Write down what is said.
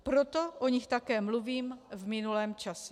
Proto o nich také mluvím v minulém čase.